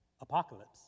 apocalypse